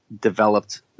developed –